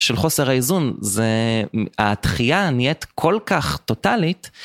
של חוסר האיזון, זה... הדחייה נהיית כל כך טוטאלית.